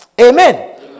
Amen